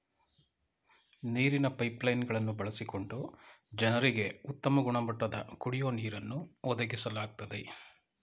ನೀರಿನ pipeline ಗಳನ್ನು ಬಳಸಿಕೊಂಡು ಜನರಿಗೆ ಉತ್ತಮ ಗುಣಮಟ್ಟದ ಕುಡಿಯೋ ನೀರನ್ನು ಒದಗಿಸ್ಲಾಗ್ತದೆ